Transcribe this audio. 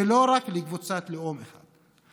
ולא רק לקבוצת לאום אחת,